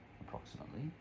approximately